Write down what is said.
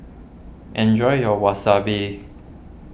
enjoy your Wasabi